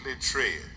tread